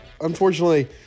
Unfortunately